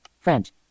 French